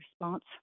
response